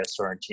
Sorrentino